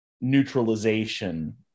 neutralization